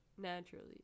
naturally